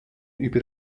über